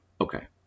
okay